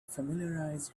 familiarize